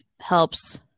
helps